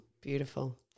Beautiful